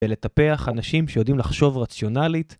ולטפח אנשים שיודעים לחשוב רציונלית.